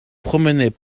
promenait